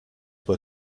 were